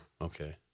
Okay